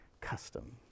custom